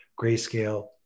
Grayscale